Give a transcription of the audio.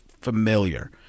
familiar